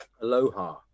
Aloha